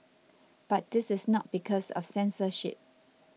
but this is not because of censorship